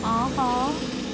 ஆஹா